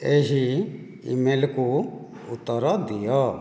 ଏହି ଇମେଲ୍କୁ ଉତ୍ତର ଦିଅ